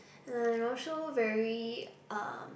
and I also very uh